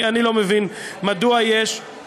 אני לא מבין מדוע יש, אתם